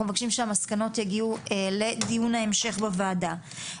אנחנו מבקשים שהמסקנות יגיעו לדיון ההמשך בוועדה.